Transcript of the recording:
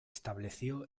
estableció